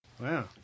Wow